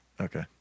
Okay